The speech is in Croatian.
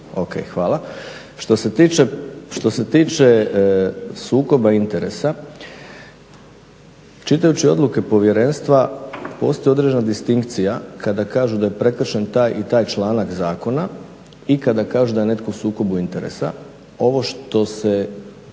Što se tiče sukoba interesa čitajući odluke povjerenstva postoji određena distinkcija kada kažu da je prekršen taj i taj članak zakona i kada kažu da je netko u sukobu interesa. Ovo što se